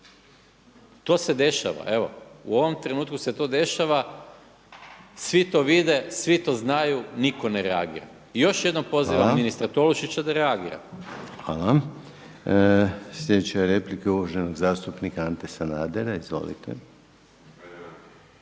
To se dešava, evo u ovom trenutku se to dešava, svi to vide, svi to znaju, nitko ne reagira. I još jednom pozivam ministra Tolušića da reagira. **Reiner, Željko (HDZ)** Hvala vam. Sljedeća je replika uvaženog zastupnika Ante Sanadera. Izvolite.